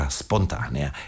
spontanea